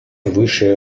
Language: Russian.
выше